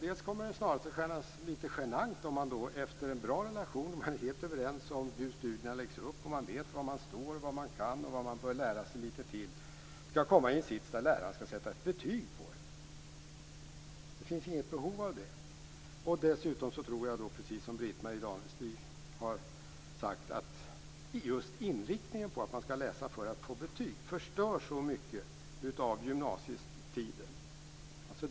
Det kommer snarast att kännas som litet genant om man efter en bra relation, där man är helt överens om hur studierna läggs upp, där man vet var man står, vad man kan och vad man bör lära sig litet till av, skall komma i en sits där läraren skall sätta betyg på en. Det finns inget behov av det. Dessutom tror jag, precis som Britt-Marie Danestig sade, att just en inriktning på att man skall läsa för att få betyg förstör så mycket av gymnasietiden.